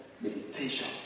meditation